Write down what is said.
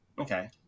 Okay